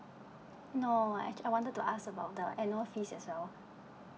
no act~ I wanted to ask about the annual fees as well